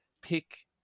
pick